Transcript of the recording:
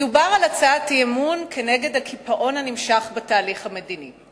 מדובר על הצעת אי-אמון כנגד הקיפאון הנמשך בתהליך המדיני.